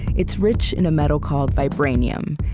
it's rich in a metal called vibranium,